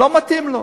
לא מתאים לו.